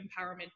empowerment